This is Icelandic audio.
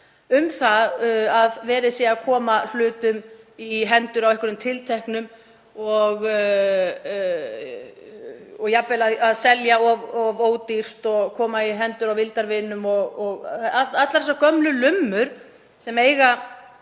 um að verið sé að koma hlutum í hendur á einhverjum tilteknum aðilum, jafnvel að selja of ódýrt og koma í hendur á vildarvinum, allar þessar gömlu lummur sem dúkka